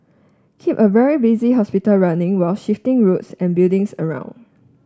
keep a very busy hospital running while shifting roads and buildings around